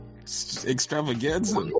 extravaganza